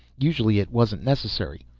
usually it wasn't necessary,